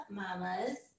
mamas